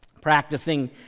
practicing